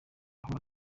aho